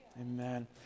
Amen